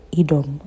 idom